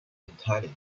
italian